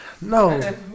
No